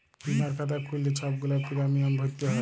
বীমার খাতা খ্যুইল্লে ছব গুলা পিরমিয়াম ভ্যইরতে হ্যয়